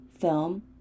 film